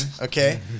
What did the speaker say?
Okay